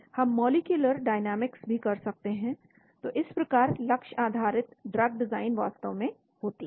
हम molecular dynamics भी कर सकते हैं तो इस प्रकार लक्ष्य आधारित ड्रग डिजाइन वास्तव में होती है